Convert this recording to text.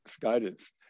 guidance